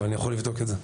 אני יכול לבדוק את זה.